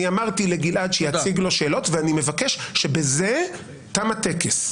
אמרתי לגלעד שיציג לו שאלות ואני מבקש שבזה תם הטקס.